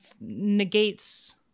negates